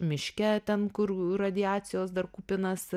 miške ten kur radiacijos dar kupinas